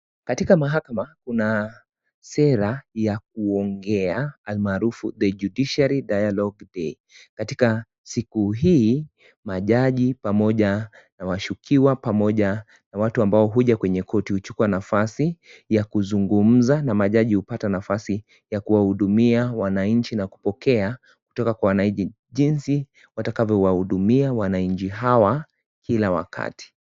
Katika mahakama kuna sera ya kuongea almaarufu The Judiciary Dialogue Day katika siku hii majaji pamoja na washukiwa pamoja na watu ambao huja kwenye koti huchukua nafasi ya kuzungumza na majaji hupata nafasi ya kuwahudumia wananchi na kupokea kutoka kwa wananchi jinsi watakavyo wahudumia wananchi hawa kila wakati.